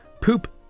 poop